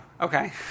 Okay